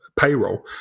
payroll